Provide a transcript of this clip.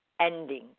ending